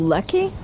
Lucky